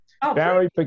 Barry